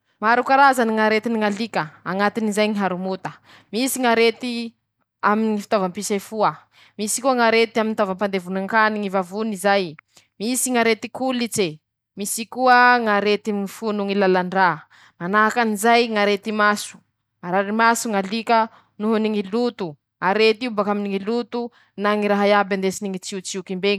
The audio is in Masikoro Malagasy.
Maro karazany ñaretiny ñalika: -Añatiny zay ñy haromota, -Misy ñarety aminy ñy fitaovam-pisefoa, -Misy koa ñarety aminy ñy taovam- pandevoñan-kany ñy vavony zay, - Misy ñarety kolitsy eeee, - Misy koa ñarety mifono ñy lalan- dra, -Manahaky anizay ñarety maso, marary maso ñalika noho ny ñy loto; arety io baka aminy ñy lotona ñy raha iaby andesiny ñy tsiotsioky mbeñy.